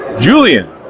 Julian